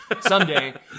someday